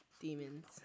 demons